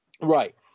Right